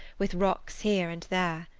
with rocks here and there.